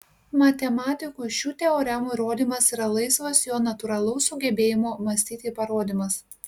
matematikui šių teoremų įrodymas yra laisvas jo natūralaus sugebėjimo mąstyti parodymas